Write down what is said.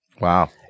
wow